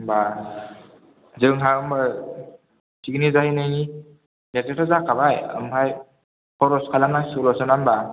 होम्बा जोंहा होम्बा पिकनिक जाहैनायनि देतआथ' जाखाबाय ओमफ्राय खरस खालामनांसिगौल'सो ना होम्बा